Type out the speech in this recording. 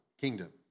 kingdom